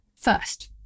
first